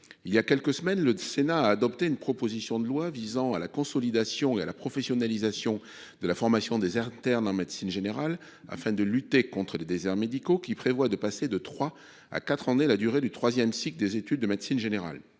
Il y a quelques semaines, le Sénat a adopté une proposition de loi visant à la consolidation et à la professionnalisation de la formation des internes en médecine générale, afin de lutter contre les déserts médicaux. Ce texte prévoit de faire passer de trois à quatre années la durée du troisième cycle des études de médecine générale.